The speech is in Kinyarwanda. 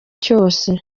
cyose